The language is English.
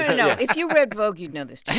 no, no, no. if you read vogue you'd know this, too